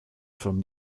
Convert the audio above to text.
from